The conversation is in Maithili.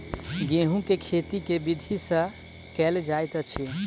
गेंहूँ केँ खेती केँ विधि सँ केल जाइत अछि?